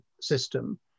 system